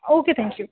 okay thank you